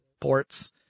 ports